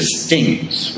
stings